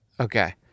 Okay